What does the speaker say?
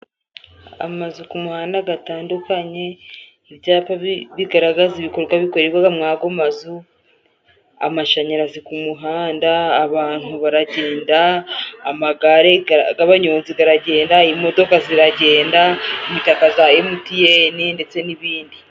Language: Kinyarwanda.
Amazu ku muhanda gatandukanye, ibyapa bigaragaza ibikorwa bikorwa mwago amazu, amashanyarazi ku muhanda, abantu baragenda, amgare gabanyonzi garagenda, imodoka ziragenda, imitaka za emuteyene, ndetse n'ibindi.